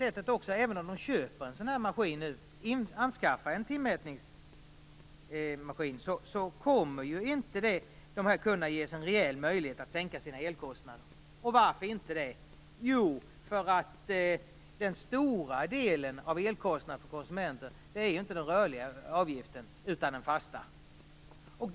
Även om timmätningsapparatur anskaffas kommer inte de här kunderna att få en reell möjlighet att sänka sina elkostnader. Varför? Jo, därför att en stor del av konsumentens elkostnad är den fasta avgiften, inte den rörliga.